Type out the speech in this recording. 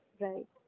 Right